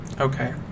Okay